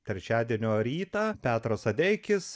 trečiadienio rytą petras adeikis